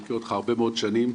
מכיר אותך הרבה מאוד שנים,